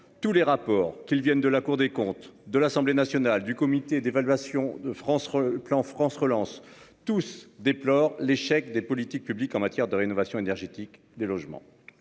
Tous les rapports qu'ils viennent de la Cour des comptes de l'Assemblée nationale du comité d'évaluation de France, le plan France relance tous déplorent l'échec des politiques publiques en matière de rénovation énergétique des logements.